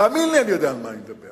תאמין לי, אני יודע על מה אני מדבר.